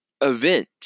event